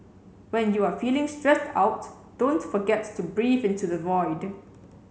when you are feeling stressed out don't forget to breathe into the void